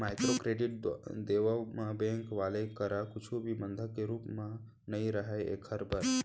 micro credit के देवब म बेंक वाले करा कुछु भी बंधक के रुप म नइ राहय ऐखर बर